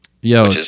yo